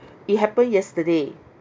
it happened yesterday